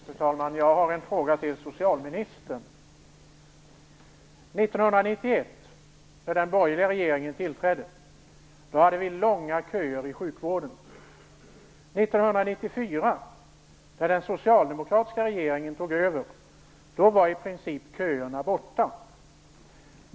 Fru talman! Jag har en fråga till socialministern. År 1991, när den borgerliga regeringen tillträdde, hade vi långa köer i sjukvården. 1994, när den socialdemokratiska regeringen tog över, var köerna i princip borta.